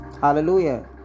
Hallelujah